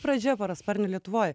pradžia parasparnių lietuvoj